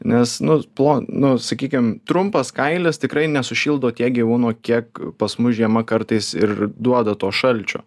nes nu plon nu sakykim trumpas kailis tikrai ne sušildo tiek gyvūnų kiek pas mus žiema kartais ir duoda to šalčio